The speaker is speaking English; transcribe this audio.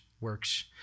works